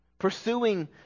pursuing